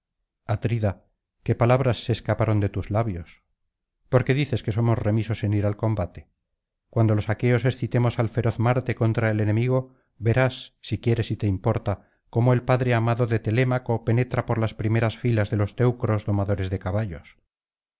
atrida qué palabras se escaparon de tus labios por qué dices que somos remisos en ir al combate cuando los aqueos excitemos al feroz marte contra el enemigo verás si quieres y te importa cómo el padre amado de telémaco penetra por las primeras filas de los teucros domadores de caballos